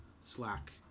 Slack